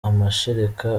amashereka